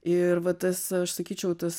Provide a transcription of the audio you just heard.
ir va tas aš sakyčiau tas